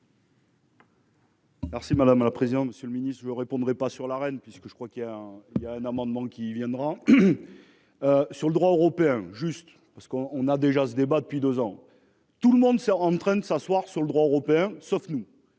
si madame la présidente. Monsieur le Ministre, je vous répondrai pas sur la reine, puisque je crois qu'il y a il y a un amendement qui viendra. Sur le droit européen juste parce qu'on on a déjà ce débat depuis 2 ans. Tout le monde en train de s'asseoir sur le droit européen, sauf nous.